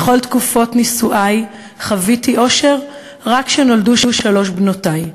בכל תקופת נישואי חוויתי אושר רק כשנולדו שלוש בנותי.